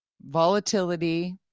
volatility